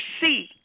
see